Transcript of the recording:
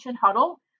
Huddle